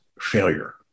failure